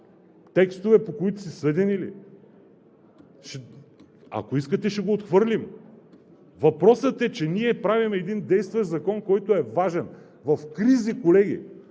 текстове ли, по които са съдени? Ако искате, ще го отхвърлим. Въпросът е, че правим един действащ закон, който е важен. Колеги,